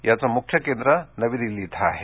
याचं मुख्य केंद्र नवी दिल्ली इथं आहे